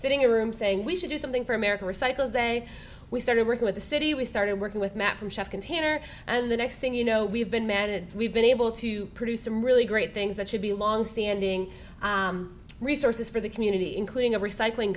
sitting room saying we should do something for america recycles day we started working with the city we started working with matt from chef container and the next thing you know we've been managed we've been able to produce some really great things that should be longstanding resources for the community including a recycling